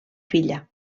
filla